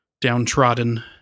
downtrodden